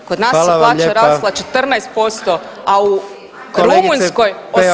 Kod [[Upadica: Hvala vam lijepa.]] nas plaća rasla 14%, a u Rumunjskoj [[Upadica: Kolegice Peović.]] 85%